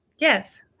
Yes